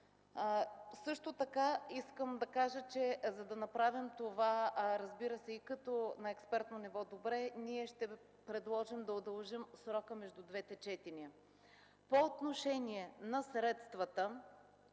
отначало. Искам да кажа, че за да направим това, разбира се, и на експертно ниво е добре, ние ще предложим да се удължи срокът между двете четения. По отношение на средствата,